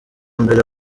mbere